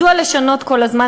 מדוע לשנות כל הזמן?